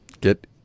get